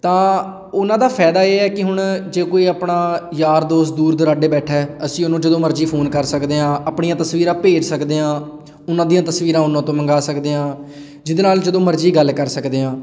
ਤਾਂ ਉਹਨਾਂ ਦਾ ਫਾਇਦਾ ਇਹ ਹੈ ਕਿ ਹੁਣ ਜੇ ਕੋਈ ਆਪਣਾ ਯਾਰ ਦੋਸਤ ਦੂਰ ਦੁਰਾਡੇ ਬੈਠਾ ਅਸੀਂ ਉਹਨੂੰ ਜਦੋਂ ਮਰਜ਼ੀ ਫੋਨ ਕਰ ਸਕਦੇ ਹਾਂ ਆਪਣੀਆਂ ਤਸਵੀਰਾਂ ਭੇਜ ਸਕਦੇ ਹਾਂ ਉਹਨਾਂ ਦੀਆਂ ਤਸਵੀਰਾਂ ਉਹਨਾਂ ਤੋਂ ਮੰਗਵਾ ਸਕਦੇ ਹਾਂ ਜਿਹਦੇ ਨਾਲ ਜਦੋਂ ਮਰਜ਼ੀ ਗੱਲ ਕਰ ਸਕਦੇ ਹਾਂ